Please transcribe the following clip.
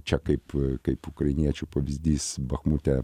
čia kaip kaip ukrainiečių pavyzdys bachmute